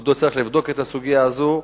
שכבודו צריך לבדוק את הסוגיה הזו,